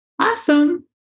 Awesome